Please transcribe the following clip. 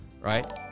right